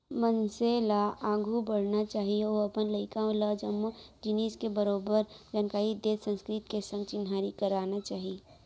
मनसे ल आघू बढ़ना चाही अउ अपन लइका ल जम्मो जिनिस के बरोबर जानकारी देत संस्कृति के संग चिन्हारी करवाना चाही